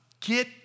get